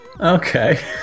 Okay